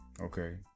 Okay